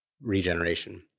regeneration